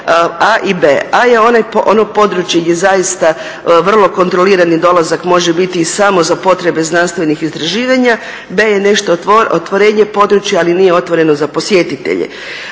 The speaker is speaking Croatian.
A i B. A je ono područje gdje zaista vrlo kontrolirani dolazak može biti i samo za potrebe znanstvenih istraživanja, B je nešto otvorenje područja, ali nije otvoreno za posjetitelje.